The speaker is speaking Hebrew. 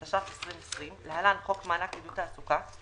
התש"ף-2020 (להלן חוק מענק לעידוד תעסוקה),